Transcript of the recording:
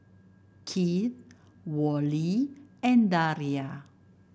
Kieth Worley and Daria